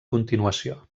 continuació